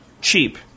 cheap